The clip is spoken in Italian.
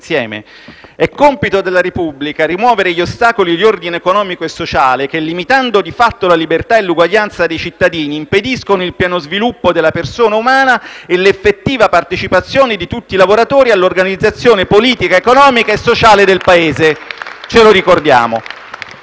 «È compito della Repubblica rimuovere gli ostacoli di ordine economico e sociale, che, limitando di fatto la libertà e l'uguaglianza dei cittadini, impediscono il pieno sviluppo della persona umana e l'effettiva partecipazione di tutti i lavoratori all'organizzazione politica, economica e sociale del Paese». *(Applausi dai